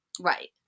Right